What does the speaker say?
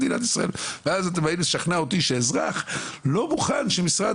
ואז אתם באים לשכנע אותי שאזרח לא מוכן שמשרד